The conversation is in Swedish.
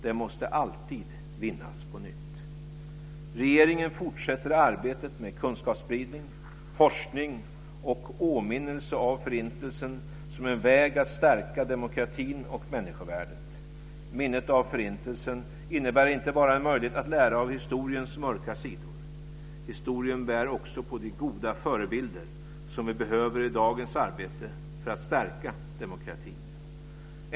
Den måste alltid vinnas på nytt. Regeringen fortsätter arbetet med kunskapsspridning, forskning och åminnelse av Förintelsen som en väg att stärka demokratin och människovärdet. Minnet av Förintelsen innebär inte bara en möjlighet att lära av historiens mörka sidor. Historien bär också på de goda förebilder som vi behöver i dagens arbete för att stärka demokratin.